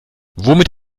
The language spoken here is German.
womit